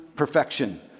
perfection